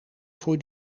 voor